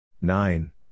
Nine